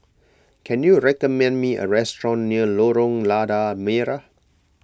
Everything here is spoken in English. can you recommend me a restaurant near Lorong Lada Merah